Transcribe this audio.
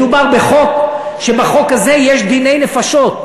מדובר בחוק שיש בו דיני נפשות.